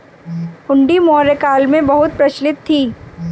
हुंडी मौर्य काल में बहुत प्रचलित थी